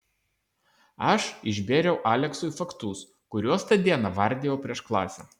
aš išbėriau aleksui faktus kuriuos tą dieną vardijau prieš klasę